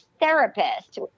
therapist